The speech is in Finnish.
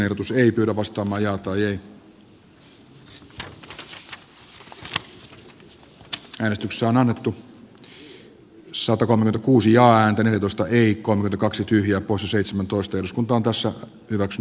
ensin äänestetään hanna mäntylän ehdotuksesta erkki virtasen ehdotusta vastaan ja antaneet osta ei kolme kaksi tyhjiö kun sitten voittaneesta mietintöä vastaan